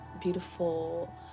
beautiful